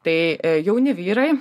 tai jauni vyrai